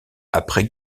après